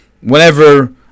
whenever